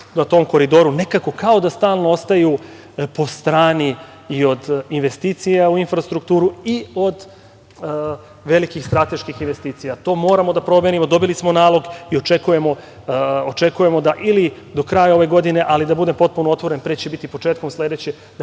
na tom koridoru nekako kao da stalno ostaju po strani, i od investicija u infrastrukturu i od velikih strateških investicija. To moramo da promenimo. Dobili smo nalog i očekujemo ili do kraja ove godine, ali da budem potpuno otvoren, pre će biti početkom sledeće